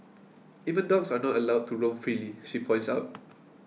even dogs are not allowed to roam freely she points out